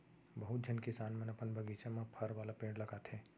बहुत झन किसान मन अपन बगीचा म फर वाला पेड़ लगाथें